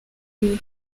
biba